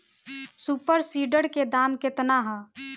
Super seeder के दाम केतना ह?